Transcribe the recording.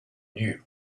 knew